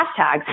hashtags